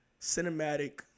cinematic